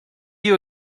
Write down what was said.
you